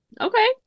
Okay